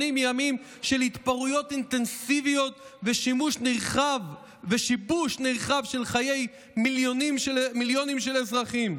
ימים של התפרעויות אינטנסיביות ושיבוש נרחב של חיי מיליונים של אזרחים.